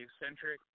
eccentric